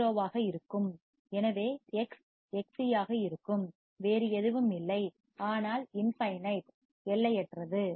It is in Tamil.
எனவே எக்ஸ் Xc ஆக இருக்கும் வேறு எதுவும் இல்லை ஆனால் இன்ஃபைனட் எல்லையற்றது